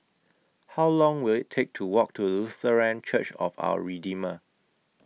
How Long Will IT Take to Walk to Lutheran Church of Our Redeemer